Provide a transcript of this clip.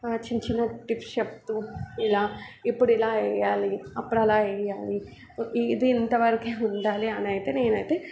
చిన్న చిన్న టిప్స్ చెప్తూ ఇలా ఇప్పుడు ఇలా వెయ్యాలి అక్కడ అలా వెయ్యాలి ఇది ఇంతవరకే ఉండాలి అనైతే నేనైతే